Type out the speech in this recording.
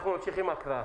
אנחנו ממשיכים הקראה.